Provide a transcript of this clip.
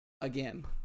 again